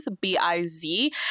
B-I-Z